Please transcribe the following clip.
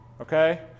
Okay